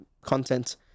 content